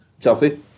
Chelsea